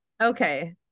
Okay